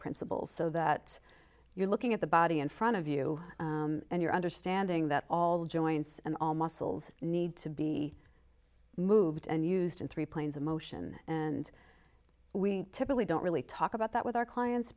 principles so that you're looking at the body in front of you and your understanding that all joints and all muscles need to be moved and used in three planes of motion and we typically don't really talk about that with our clients